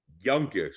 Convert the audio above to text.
youngest